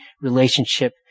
relationship